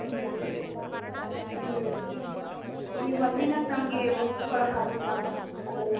ಹ್ಞೂ ಹ್ಞೂ ನೀವು ಒಂದು ದಿನಕ್ಕೆ ನಮಗೆ ಮುಗ್ಸ್ಕೊಡಕ್ಕೆ ಆಗುತ್ತಾ ಅದೆಲ್ಲ